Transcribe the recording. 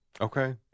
Okay